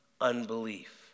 unbelief